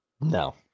No